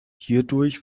hierdurch